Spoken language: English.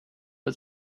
was